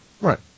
Right